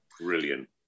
Brilliant